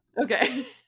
Okay